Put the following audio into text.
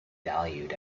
valued